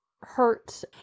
hurt